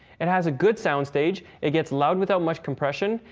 it has a good soundstage, it gets loud without much compression,